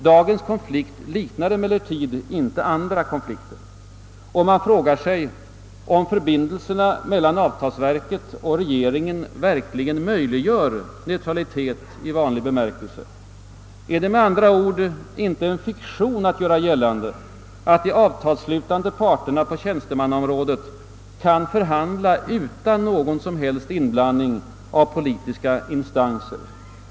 Dagens konflikt liknar emellertid inga andra, och man frågar sig om förbindelserna mellan avtalsverket och regeringen verkligen möjliggör neutralitet i vanlig bemärkelse. är det med andra ord icke en fiktion att göra gällande att de avtalsslutande parterna på tjänstemannaområdet kan förhandla utan någon som helst inblandning av politiska instanser?